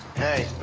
hey,